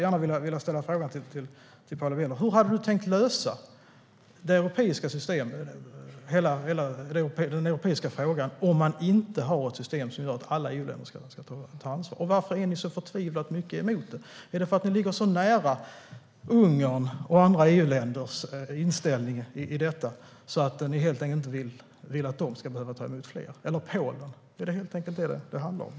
Jag vill gärna ställa frågan hur du hade tänkt lösa den europeiska frågan om man inte har ett system som gör att alla EU-länder ska ta ansvar, Paula Bieler. Varför är ni så förtvivlat mycket emot det? Är det för att ni ligger så nära Ungerns, Polens och andra EU-länders inställning i detta att ni inte vill att de ska behöva ta emot fler? Är det helt enkelt detta det handlar om?